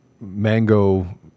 mango